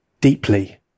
deeply